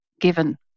given